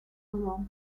alarm